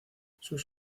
sus